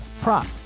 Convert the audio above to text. prop